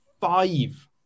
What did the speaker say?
five